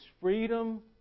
freedom